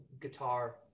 guitar